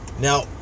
now